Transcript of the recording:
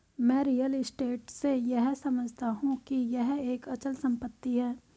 मैं real estate से यह समझता हूं कि यह एक अचल संपत्ति है